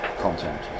content